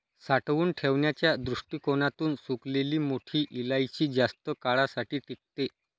साठवून ठेवण्याच्या दृष्टीकोणातून सुकलेली मोठी इलायची जास्त काळासाठी टिकते